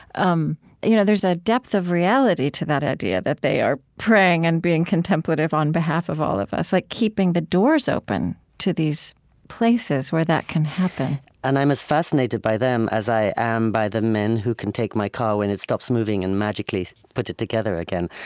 um you know there's a depth of reality to that idea that they are praying and being contemplative on behalf of all of us, like keeping the doors open to these places where that can happen and i'm as fascinated by them as i am by the men who can take my car when it stops moving and magically put it together again.